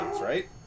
right